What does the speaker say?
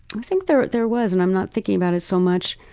i think there there was and i'm not thinking about it so much.